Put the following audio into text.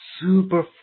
super